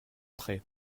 prêt